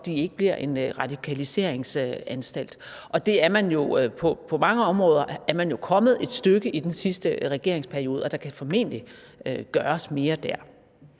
at de ikke bliver en radikaliseringsanstalt. På mange områder er man jo kommet et stykke ad vejen i den sidste regeringsperiode, og der kan formentlig gøres mere dér.